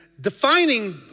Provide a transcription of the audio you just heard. defining